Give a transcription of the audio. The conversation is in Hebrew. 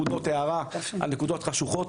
מנת לקבל עוד נקודות הארה על נקודות חשוכות.